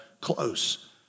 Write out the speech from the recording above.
close